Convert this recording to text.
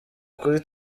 kuri